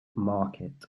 market